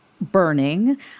burning